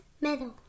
Metal